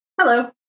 Hello